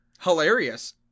Hilarious